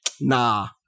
Nah